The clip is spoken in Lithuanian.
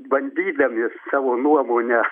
bandydami savo nuomonę